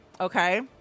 Okay